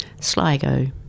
Sligo